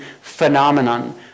phenomenon